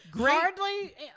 Hardly